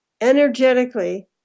Energetically